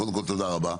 קודם כל תודה רבה,